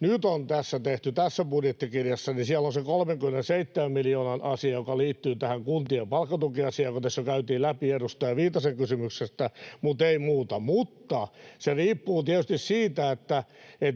nyt on tehty tässä budjettikirjassa, on, että siellä on se 37 miljoonan asia, joka liittyy tähän kuntien palkkatukiasiaan, kun tässä käytiin sitä läpi edustaja Viitasen kysymyksestä, mutta ei muuta. Mutta se riippuu tietysti siitä,